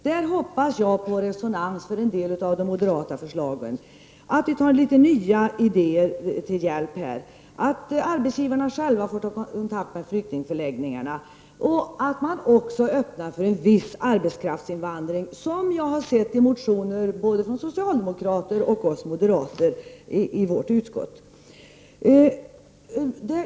Jag hoppas då att vi kan ta litet nya ideér till hjälp och att vi moderater kan få litet resonans för en del av våra förslag, t.ex. att arbetsgivarna själva skall få ta kontakt med flyktingförläggningarna och att man skall öppna för en viss arbetskraftsinvandring; det är förslag som jag har sett i motioner från både socialdemokrater och moderater i vårt utskott.